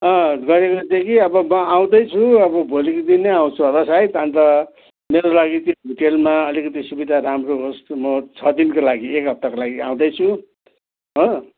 गैरिबासदेखि अब म आउँदैछु अब भोलिको दिन आउँछु होला सायद अन्त मेरो लागि चाहिँ होटेलमा अलिकति सुविधा राम्रो होस् म छ दिनको लागि एक हप्ताको लागि आउँदैछु हो